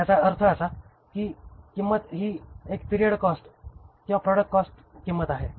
तर याचा अर्थ असा की किंमत ही एक पिरियड कॉस्ट किंवा प्रॉडक्ट कॉस्ट किंमत आहे